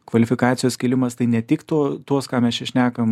kvalifikacijos kėlimas tai ne tik tuo tuos ką mes čia šnekam